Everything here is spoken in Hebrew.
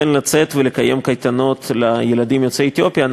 כן לצאת ולקיים קייטנות לילדים יוצאי אתיופיה.